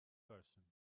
person